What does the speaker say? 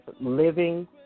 living